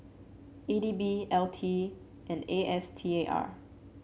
E D B L T and A S T A R